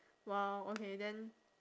!wow! okay then